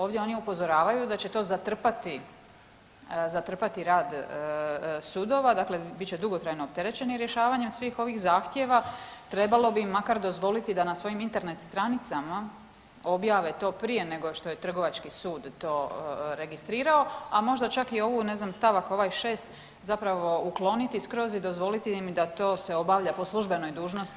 Ovdje oni upozoravaju da će to zatrpati, zatrpati rad sudova, dakle bit će dugotrajno opterećeni rješavanjem svih ovih zahtjeva, trebalo bi im makar dozvoliti da na svojim Internet stranicama objave to prije nego što je Trgovački sud to registrirao, a možda čak i ovu ne znam st. ovaj 6. zapravo ukloniti i skroz im dozvoliti da to se obavlja po službenoj dužnosti … [[Govornici govore u isto vrijeme, ne razumije se.]] Hvala.